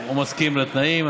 הוא מסכים לתנאים.